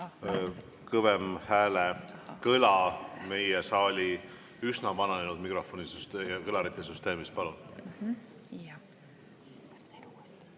kõvem häälekõla meie saali üsna vananenud mikrofoni- ja kõlarisüsteemis. Palun!